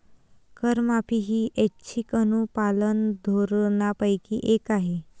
करमाफी ही ऐच्छिक अनुपालन धोरणांपैकी एक आहे